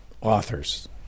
authors